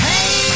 Hey